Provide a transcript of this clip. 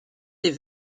des